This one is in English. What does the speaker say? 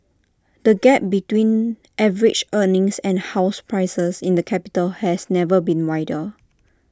the gap between average earnings and house prices in the capital has never been wider